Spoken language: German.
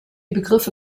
begriffe